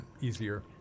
easier